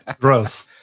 gross